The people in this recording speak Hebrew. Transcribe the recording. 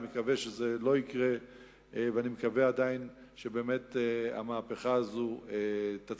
אני מקווה שזה לא יקרה ועדיין המהפכה הזאת תצליח,